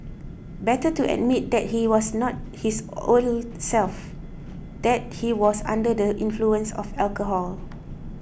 better to admit that he was not his old self that he was under the influence of alcohol